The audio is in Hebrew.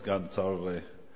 סגן שר הבריאות,